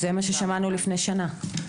זה מה ששמענו לפני שנה.